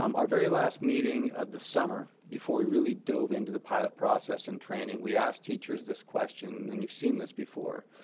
um our very last meeting of the summer before we really dove into the pilot process and training, we asked teachers this question. and you've seen this before.